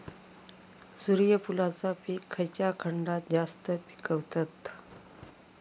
सूर्यफूलाचा पीक खयच्या खंडात जास्त पिकवतत?